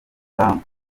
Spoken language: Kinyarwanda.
trump